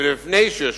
ולפני שיושבים,